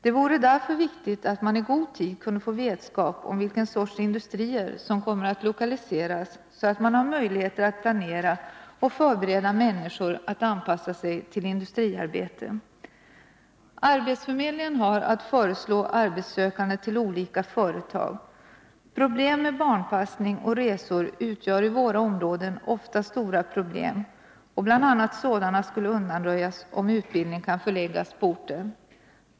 Det är därför viktigt att man i god tid kan få vetskap om vilken sorts industrier som kommer att lokaliseras, så att man har möjligheter att planera och förbereda människor för anpassningen till industriarbete. Arbetsförmedlingen har att föreslå arbetssökande till olika företag. Problem med barnpassning och resor utgör i våra områden oftast stora problem, och bl.a. sådana skulle undanröjas om utbildning kunde förläggas på orten.